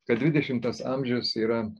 kad dvidešimtas amžius yra